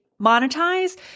monetize